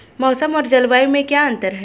मौसम और जलवायु में क्या अंतर?